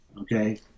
okay